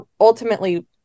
ultimately